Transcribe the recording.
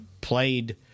played